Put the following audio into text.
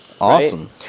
Awesome